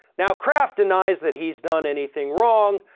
now, kraft denies that he's done anything wrong.